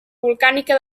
volcànica